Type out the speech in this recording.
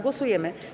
Głosujemy.